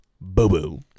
Boo-boo